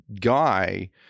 guy